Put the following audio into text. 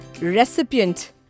Recipient